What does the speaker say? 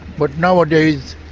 but nowadays